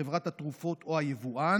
חברת התרופות או היבואן,